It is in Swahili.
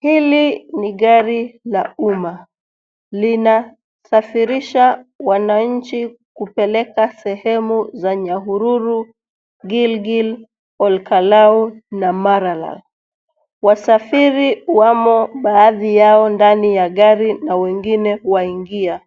Hili ni gari la umma linasafiisha wananchi kupeleka sehemu za Nyahururu ,Gilgil, Olkalau na maralal. Wasafiri wamo baadhi yao ndani ya gari na wengine waingia.